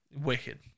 Wicked